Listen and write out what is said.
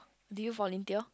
do you volunteer